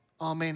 Amen